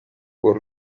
por